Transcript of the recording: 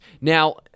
Now